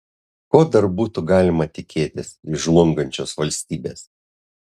ko dar būtų galima tikėtis iš žlungančios valstybės